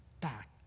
back